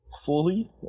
fully